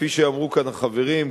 כפי שאמרו כאן החברים,